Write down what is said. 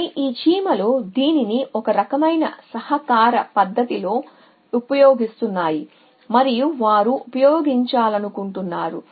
కానీ ఈ చీమలు దీనిని ఒక రకమైన సహకార పద్ధతిలో ఉపయోగిస్తున్నాయి మరియు వారు ఉపయోగించాలనుకుంటున్నారు